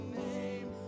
name